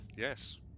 yes